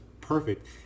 perfect